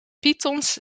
pythons